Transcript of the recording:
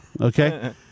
Okay